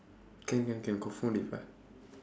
can can can confirm they fight